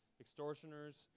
Extortioners